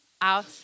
out